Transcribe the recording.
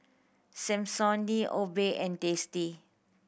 Samsonite Obey and Tasty